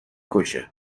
کشه